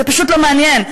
זה פשוט לא מעניין.